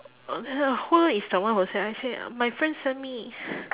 who is the one who send I said my friend send me